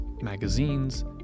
magazines